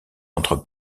entre